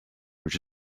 which